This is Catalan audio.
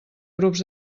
grups